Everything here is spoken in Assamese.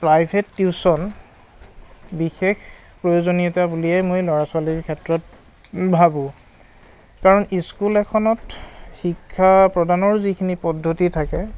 প্ৰাইভেট টিউচন বিশেষ প্ৰয়োজনীয়তা বুলিয়েই মই ল'ৰা ছোৱালীৰ ক্ষেত্ৰত ভাবোঁ কাৰণ স্কুল এখনত শিক্ষা প্ৰদানৰ যিখিনি পদ্ধতি থাকে